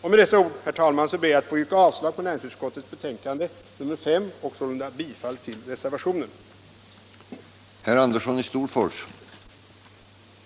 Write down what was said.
Med dessa ord, herr talman, ber jag att få yrka bifall till reservationen och sålunda avslag på näringsutskottets hemställan i betänkande nr 5.